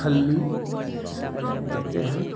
खल्ली ये सब खि देते हैं